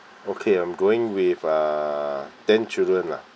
okay I'm going with uh ten children lah